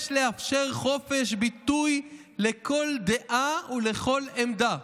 יש לאפשר חופש ביטוי לכל דעה ולכל עמדה.